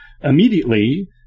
Immediately